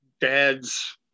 dads